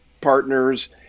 Partners